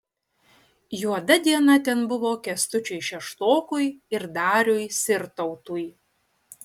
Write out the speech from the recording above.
juoda diena ten buvo kęstučiui šeštokui ir dariui sirtautui